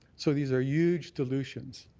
so these are huge dilutions.